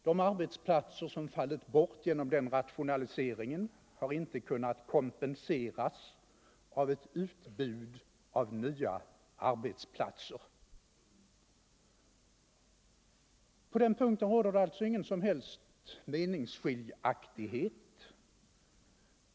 De arbetsplatser som har fallit bort genom den rationaliseringen har inte kunnat kompenseras av ett utbud av nya arbetsplatser. På den punkten råder det alltså inga som helst meningsskiljaktigheter.